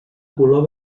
color